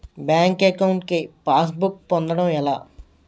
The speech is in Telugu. బ్యాంక్ అకౌంట్ కి పాస్ బుక్ పొందడం ఎలా?